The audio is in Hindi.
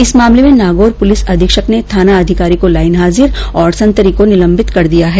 इस मामले में नागौर पुलिस अधीक्षक ने थानाधिकारी को लाईन हाजिर व संतरी को निलंबित कर दिय है